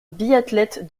biathlète